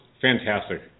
fantastic